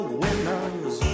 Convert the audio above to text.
winners